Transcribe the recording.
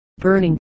burning